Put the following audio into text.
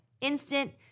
instant